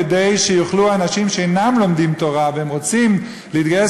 כדי שיוכלו אנשים שאינם לומדים תורה והם רוצים להתגייס